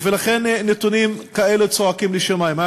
לכן נתונים כאלה צועקים לשמים.